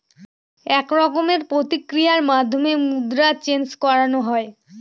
এক রকমের প্রক্রিয়ার মাধ্যমে মুদ্রা চেন্জ করানো হয়